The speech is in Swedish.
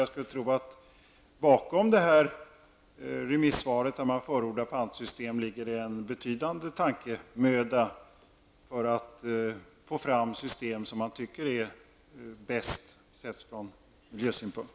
Jag skulle tro att det bakom remissvaren där man förordar ett pantsystem ligger en betydande tankemöda för att få fram de system som man tycker är bäst ur miljösynpunkt.